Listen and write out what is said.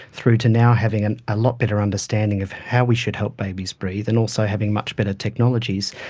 through to now having a ah lot better understanding of how we should help babies breathe, and also having much better technologies.